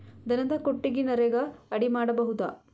ದನದ ಕೊಟ್ಟಿಗಿ ನರೆಗಾ ಅಡಿ ಮಾಡಬಹುದಾ?